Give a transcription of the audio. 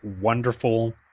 wonderful